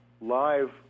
live